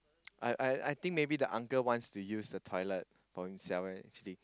I I I think maybe the uncle wants to use the toilet for himself and sleep